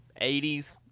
80s